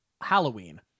Halloween